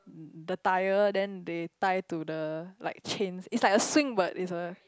the tyre then they tie to the like chains it's like a swing but it's a